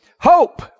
Hope